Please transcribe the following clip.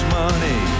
money